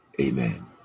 Amen